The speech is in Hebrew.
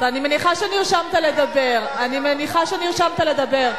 אני מניחה שנרשמת לדבר, אני מניחה שנרשמת לדבר.